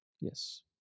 Yes